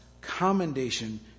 commendation